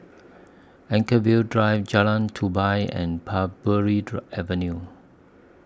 Anchorvale Drive Jalan Tupai and Parbury Avenue